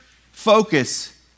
focus